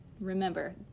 remember